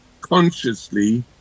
consciously